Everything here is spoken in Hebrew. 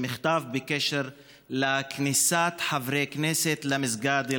מכתב בקשר לכניסת חברי הכנסת למסגד אל-אקצא.